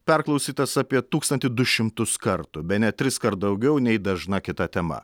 perklausytas apie tūkstantį du šimtus kartų bene triskart daugiau nei dažna kita tema